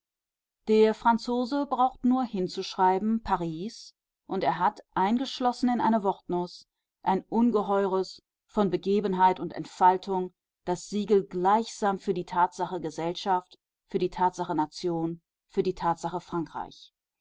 der franzose braucht nur hinzuschreiben paris und er hat eingeschlossen in eine wortnuß ein ungeheures von begebenheit und entfaltung das siegel gleichsam für die tatsache gesellschaft für die tatsache nation für die tatsache frankreich